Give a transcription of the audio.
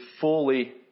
fully